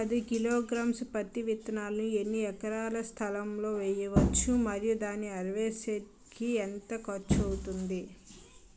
పది కిలోగ్రామ్స్ పత్తి విత్తనాలను ఎన్ని ఎకరాల స్థలం లొ వేయవచ్చు? మరియు దాని హార్వెస్ట్ కి ఎంత ఖర్చు అవుతుంది?